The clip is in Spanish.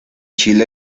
chile